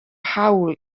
hawl